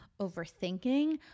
overthinking